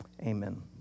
amen